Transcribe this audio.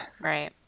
right